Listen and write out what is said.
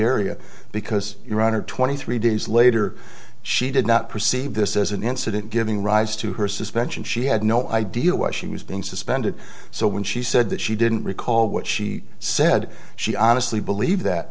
area because your honor twenty three days later she did not perceive this as an incident giving rise to her suspension she had no idea why she was being suspended so when she said that she didn't recall what she said she honestly believe that